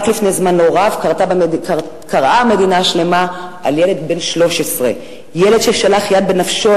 רק לפני זמן לא רב קראה מדינה שלמה על ילד בן 13 ששלח יד בנפשו